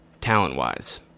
talent-wise